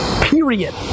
period